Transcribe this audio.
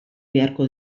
beharko